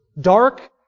Dark